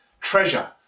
Treasure